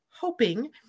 hoping